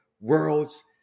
world's